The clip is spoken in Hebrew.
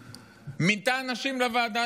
גם הכנסת הזאת מינתה אנשים לוועדה